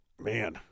man